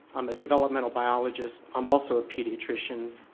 i'm a developmental biologist, i'm also a paediatrician.